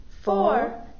four